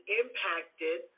impacted